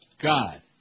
God